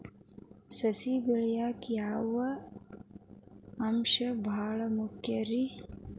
ಸಸಿ ಬೆಳೆಯಾಕ್ ಯಾವ ಅಂಶ ಭಾಳ ಮುಖ್ಯ ರೇ?